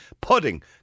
Pudding